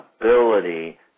ability